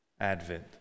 Advent